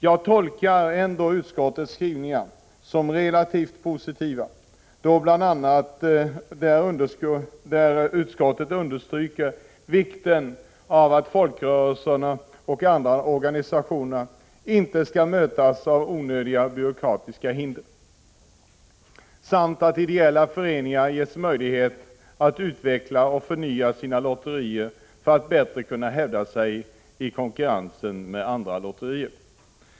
Jag tolkar ändå utskottets skrivningar som relativt positiva, då utskottet bl.a. understryker vikten av att folkrörelserna och andra organisationer inte möts av onödiga byråkratiska hinder samt att ideella föreningar bör ges möjlighet att utveckla och förnya sina lotterier för att bättre kunna hävda sig i konkurrensen med andra lotterier.